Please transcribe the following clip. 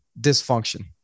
dysfunction